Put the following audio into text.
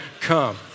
come